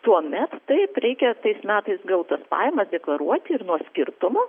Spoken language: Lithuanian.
tuomet taip reikia tais metais gautas pajamas deklaruoti ir nuo skirtumo